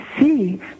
see